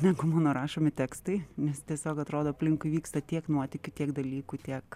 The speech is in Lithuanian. negu mano rašomi tekstai nes tiesiog atrodo aplinkui vyksta tiek nuotykių tiek dalykų tiek